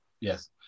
yes